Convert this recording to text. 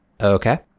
Okay